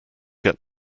get